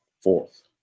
fourth